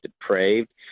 depraved